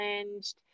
challenged